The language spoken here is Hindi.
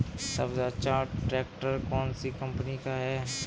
सबसे अच्छा ट्रैक्टर कौन सी कम्पनी का है?